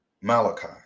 Malachi